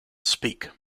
speak